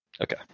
Okay